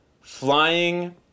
flying